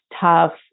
tough